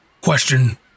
question